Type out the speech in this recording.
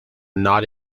not